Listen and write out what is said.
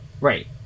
Right